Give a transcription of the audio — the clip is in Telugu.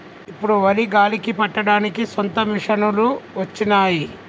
ఇప్పుడు వరి గాలికి పట్టడానికి సొంత మిషనులు వచ్చినాయి